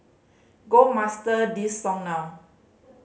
go master this song now